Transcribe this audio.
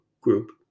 group